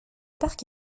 parc